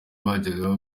bajyaga